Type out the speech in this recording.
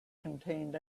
contained